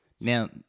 Now